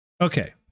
Okay